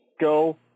go